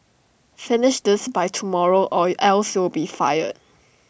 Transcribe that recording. finish this by tomorrow or else you'll be fired